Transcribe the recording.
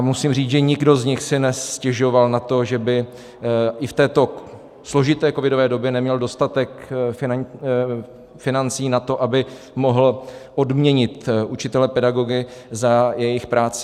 Musím říct, že nikdo z nich si nestěžoval na to, že by i v této složité covidové době neměl dostatek financí na to, aby mohl odměnit učitele, pedagogy, za jejich práci.